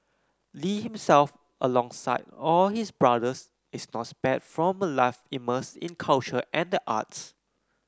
Lee himself alongside all his brothers is not spared from a life immersed in culture and the arts